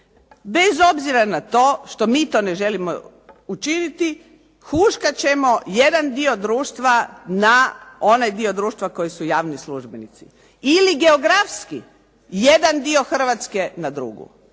bez obzira na to što mi to ne želim učiniti, huškat ćemo jedan dio društva na onaj dio društva koji su javni službenici. Ili geografski jedan dio Hrvatske na drugu.